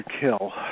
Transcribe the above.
Kill